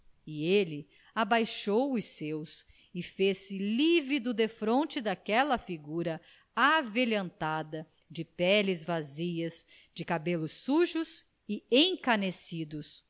e ele abaixou os seus e fez-se lívido defronte daquela figura avelhantada de peles vazias de cabelos sujos e encanecidos